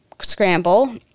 scramble